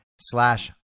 slash